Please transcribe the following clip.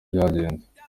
byagenze